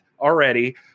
already